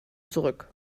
zurück